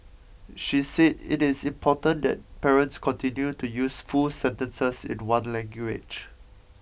she said it is important that parents continue to use full sentences in one language